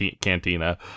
cantina